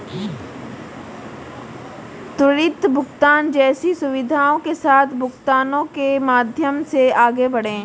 त्वरित भुगतान जैसी सुविधाओं के साथ भुगतानों के माध्यम से आगे बढ़ें